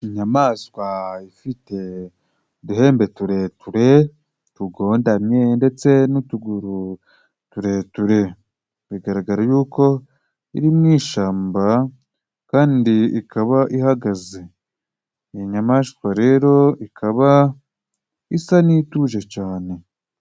Inyamaswa ifite uduhembe tureture tugondamye, ndetse n'utuguru tureture bigaragara yuko iri mu ishamba, kandi ikaba ihagaze. Iyi nyamaswa rero ikaba isa n'ituje cane.